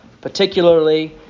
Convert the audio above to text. particularly